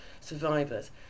survivors